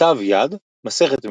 כתב יד, מסכת מגילה,